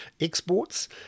exports